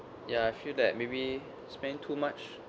ya I feel that maybe spend too much